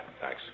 thanks